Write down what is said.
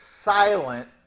silent